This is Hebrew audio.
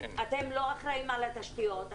אתם לא אחראים על התשתיות,